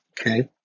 Okay